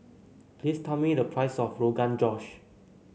please tell me the price of Rogan Josh